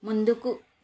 ముందుకు